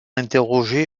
interrogé